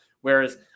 Whereas